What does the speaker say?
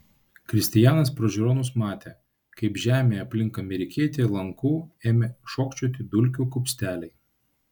kristijanas pro žiūronus matė kaip žemėje aplink amerikietį lanku ėmė šokčioti dulkių kupsteliai